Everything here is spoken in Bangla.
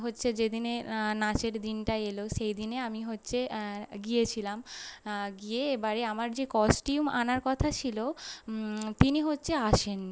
হচ্ছে যেদিনে নাচের দিনটা এল সেই দিনে আমি হচ্ছে গিয়েছিলাম গিয়ে এবারে আমার যে কস্টিউম আনার কথা ছিল তিনি হচ্ছে আসেননি